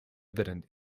evident